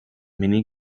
many